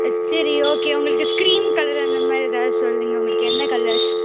ஆ சரி ஓகே உங்களுக்கு screen colour அந்த மாதிரி ஏதாவது சொல்லுங்கள் உங்களுக்கு என்ன கலர்